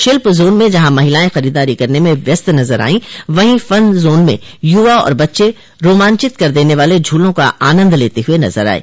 शिल्प जोन में जहाँ महिलायें खरीददारी करने में व्यस्त नजर आयीं वहीं फन जोन में युवा और बच्चे रोमांचिक कर देने वाले झूलों का आनन्द लेते हुए नजर आये